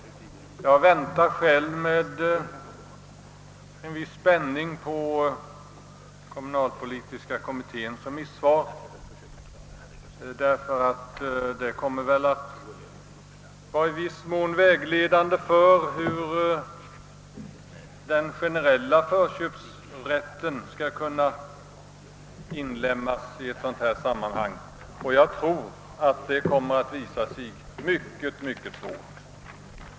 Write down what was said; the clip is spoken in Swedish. Jag väntar med viss spänning på kommunalpolitiska kommitténs remissvar, ty det torde vara vägledande för hur den generella förköpsrätten skall kunna inlemmas i systemet — något som jag tror kommer att visa sig omöjligt.